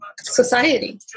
society